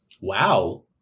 Wow